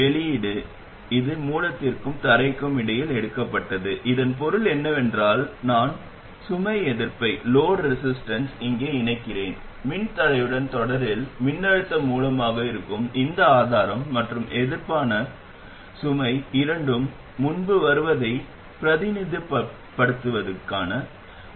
வெளியீடு இது மூலத்திற்கும் தரைக்கும் இடையில் எடுக்கப்பட்டது இதன் பொருள் என்னவென்றால் நான் சுமை எதிர்ப்பை இங்கே இணைக்கிறேன் மின்தடையுடன் தொடரில் மின்னழுத்த மூலமாக இருக்கும் இந்த ஆதாரம் மற்றும் எதிர்ப்பான சுமை இரண்டும் முன்பு வருவதைப் பிரதிநிதித்துவப்படுத்துகின்றன